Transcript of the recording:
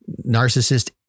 narcissist